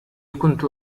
كنت